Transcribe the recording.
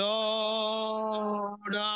Lord